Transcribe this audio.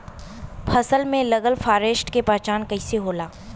फसल में लगल फारेस्ट के पहचान कइसे होला?